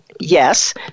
Yes